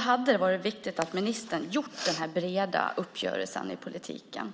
hade det varit viktigt om ministern haft en bred uppgörelse i politiken.